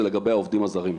זה לגבי העובדים הזרים.